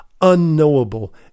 unknowable